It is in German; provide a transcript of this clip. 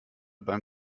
beim